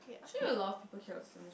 actually a lot of people cannot